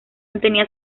tenía